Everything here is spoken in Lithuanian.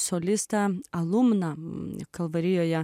solistą alumnams kalvarijoje